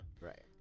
Right